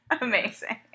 amazing